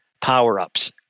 power-ups